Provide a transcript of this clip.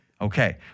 Okay